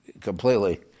completely